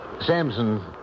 Samson